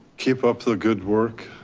keep up the good work.